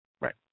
Right